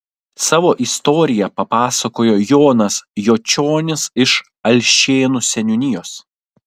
savo istoriją papasakojo jonas jočionis iš alšėnų seniūnijos